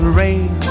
rain